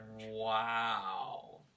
wow